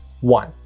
one